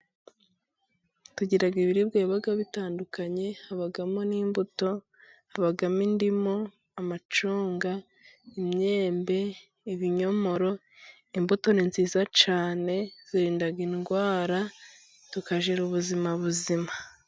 Tugira ibiribwa biba bitandukanye habamo n'imbuto. Habamo indimu, amacunga, imyembe, ibinyomoro. Imbuto ni nziza cyane zirinda indwara, tukagira ubuzima buzima.